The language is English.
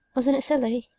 wasn't it silly?